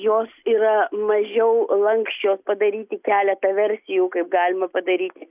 jos yra mažiau lanksčios padaryti keletą versijų kaip galima padaryti